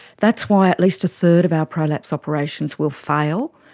that's why at least a third of our prolapse operations will fail.